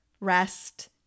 rest